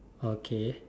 okay